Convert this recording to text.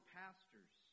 pastors